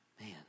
Man